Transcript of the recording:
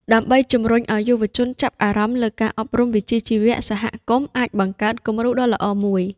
ដើម្បីជំរុញឱ្យយុវជនចាប់អារម្មណ៍លើការអប់រំវិជ្ជាជីវៈ សហគមន៍អាចបង្កើតគំរូដ៏ល្អមួយ។